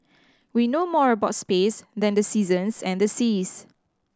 we know more about space than the seasons and the seas